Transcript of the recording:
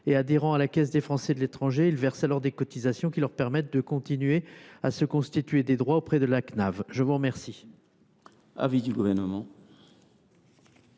en adhérant à la Caisse des Français de l’étranger (CFE). Ils versent alors des cotisations qui leur permettent de continuer à se constituer des droits auprès de la Caisse nationale